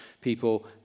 people